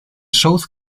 south